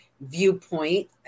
Viewpoint